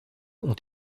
ont